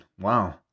wow